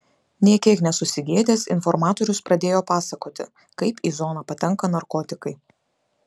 nė kiek nesusigėdęs informatorius pradėjo pasakoti kaip į zoną patenka narkotikai